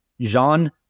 jean